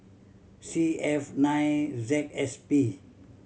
C F nine Z S P